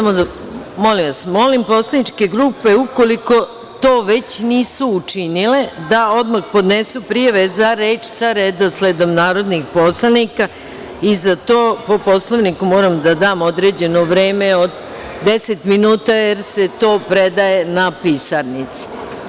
Molim poslaničke grupe, ukoliko to već nisu učinile, da odmah podnesu prijave za reč sa redosledom narodnih poslanika, i za to po Poslovniku moram da dam određeno vreme od 10 minuta, jer se to predaje na pisarnici.